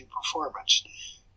performance